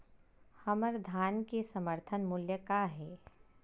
हमर धान के समर्थन मूल्य का हे?